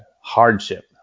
hardship